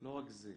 לא רק זה.